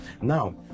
Now